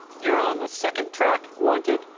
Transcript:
you're on the second track wanted.